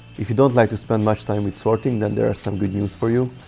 if you don't like to spend much time with sorting then there are some good news for you,